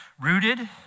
rooted